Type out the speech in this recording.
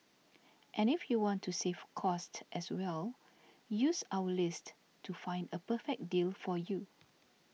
and if you want to save cost as well use our list to find a perfect deal for you